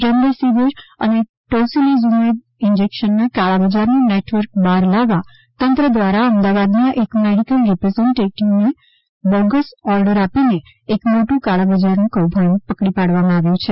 remdesivir અને tocilizumab ઇન્જેક્શનના કાળાબજારનું નેટવર્ક બહાર લાવવા તંત્ર દ્વારા અમદાવાદના એક મેડીકલ રીપ્રેઝન્ટેટીવને બોગસ ઓર્ડર આપી એક મોટા કાળાબજારી કૌભાંડ બહાર આવ્યું છે